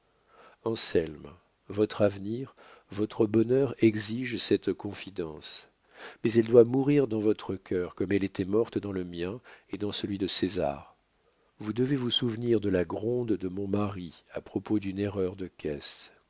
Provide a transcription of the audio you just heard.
accent anselme votre avenir votre bonheur exigent cette confidence mais elle doit mourir dans votre cœur comme elle était morte dans le mien et dans celui de césar vous devez vous souvenir de la gronde de mon mari à propos d'une erreur de caisse